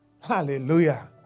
Hallelujah